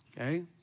Okay